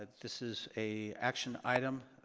ah this is a action item.